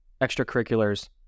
extracurriculars